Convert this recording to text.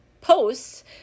posts